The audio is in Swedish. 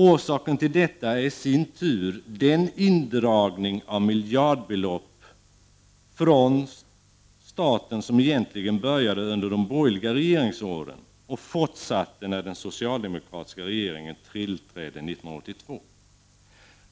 Orsaken till detta är i sin tur statens indragning av miljardbelopp som egentligen började under de borgerliga regeringsåren och fortsatte när den socialdemokratiska regeringen tillträdde 1982.